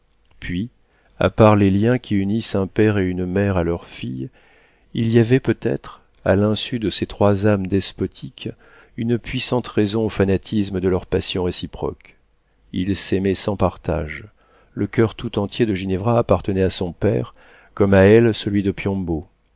puis à part les liens qui unissent un père et une mère à leur fille il y avait peut-être à l'insu de ces trois âmes despotiques une puissante raison au fanatisme de leur passion réciproque ils s'aimaient sans partage le coeur tout entier de ginevra appartenait à son père comme à elle celui de